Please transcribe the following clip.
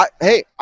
Hey